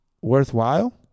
worthwhile